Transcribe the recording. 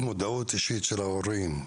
היום נתמקד בשני הגורמים המרכזיים.